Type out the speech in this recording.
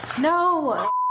No